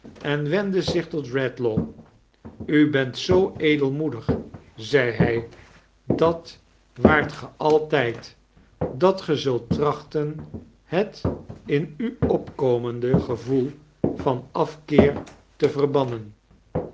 en wendde zich tot redlaw u bent zoo edelmoedig zeide hij dat waart ge altrjd dat ge zult trachten het in u opkomende gevoel van afkeer te verbannen